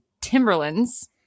Timberlands